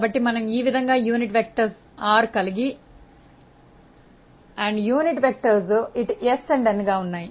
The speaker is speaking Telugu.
కాబట్టి మనము ఈ విధంగా యూనిట్ వెక్టర్స్ r కలిగి యూనిట్ వెక్టర్స్ ఇటు s n గా ఉన్నాయి